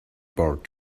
bored